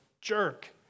jerk